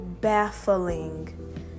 baffling